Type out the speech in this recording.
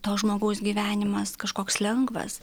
to žmogaus gyvenimas kažkoks lengvas